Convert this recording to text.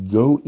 go